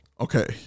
okay